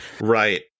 Right